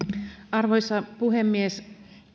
arvoisa puhemies